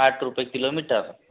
आठ रुपये किलोमीटर